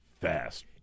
fast